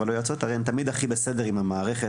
אבל היועצות הן תמיד הכי בסדר עם המערכת,